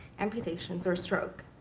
amputations, or stroke.